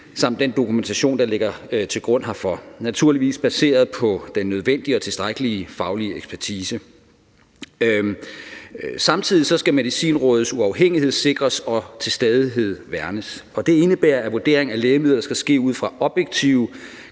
samt af den dokumentation, der ligger til grund herfor, naturligvis baseret på den nødvendige og tilstrækkelige faglige ekspertise. Samtidig skal Medicinrådets uafhængighed sikres og til stadighed værnes. Og det indebærer, at vurderingen af lægemidler skal ske ud fra objektive